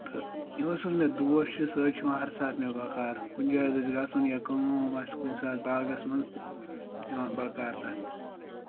تہٕ یِم حظ مےٚ دوس چھِ سۄ حظ چھِ یِوان ہر ساتہٕ مےٚ بَکار کُنہِ جایہِ حظ آسہِ گژھُن یا کٲم وٲم آسہِ کُنہِ ساتہٕ باغَس منٛز تہٕ سُہ حظ یِوان بَکار تَتھ